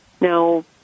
Now